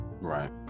Right